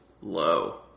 low